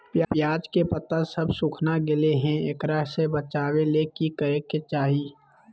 प्याज के पत्ता सब सुखना गेलै हैं, एकरा से बचाबे ले की करेके चाही?